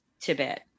Tibet